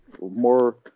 more